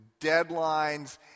deadlines